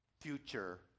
future